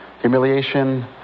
humiliation